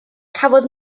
cafodd